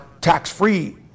tax-free